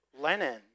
Lenin